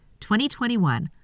2021